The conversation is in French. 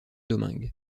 domingue